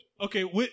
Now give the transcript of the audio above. okay